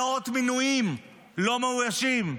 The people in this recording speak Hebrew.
מאות מינויים לא מאוישים.